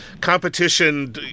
competition